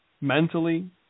Mentally